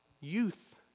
Youth